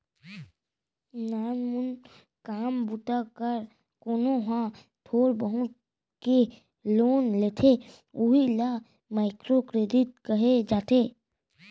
नानमून काम बूता बर कोनो ह थोर बहुत के लोन लेथे उही ल माइक्रो करेडिट कहे जाथे